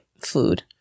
food